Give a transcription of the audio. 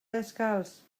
descalç